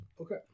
Okay